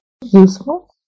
useful